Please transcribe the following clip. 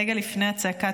רגע לפני הצעקה,